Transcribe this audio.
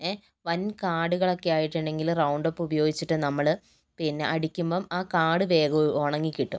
ഏ വൻ കാടുകളൊക്കെ ആയിട്ടുണ്ടെങ്കിൽ റൗണ്ട് അപ്പ് ഉപയോഗിച്ചിട്ട് നമ്മൾ പിന്നെ അടിക്കുമ്പം ആ കാട് വേഗം ഉണങ്ങി കിട്ടും